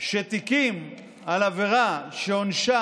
של תיקים על עבירה שעונשה